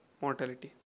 mortality